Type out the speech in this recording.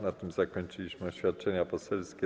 Na tym zakończyliśmy oświadczenia poselskie.